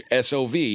SOV